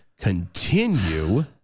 continue